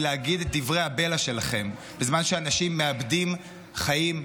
להגיד את דברי הבלע שלכם בזמן שאנשים מאבדים חיים,